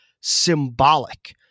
symbolic